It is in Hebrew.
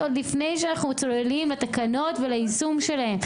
עוד לפני שאנחנו צוללים לתקנות וליישום שלהן.